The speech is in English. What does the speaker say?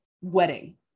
wedding